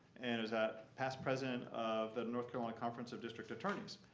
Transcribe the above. and was a past president of the north carolina conference of district attorneys.